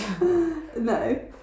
no